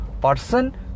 person